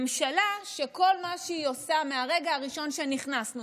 ממשלה שכל מה שהיא עושה מהרגע הראשון שנכנסנו